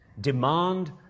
Demand